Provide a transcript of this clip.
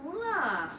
no lah